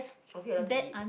are we allowed to eat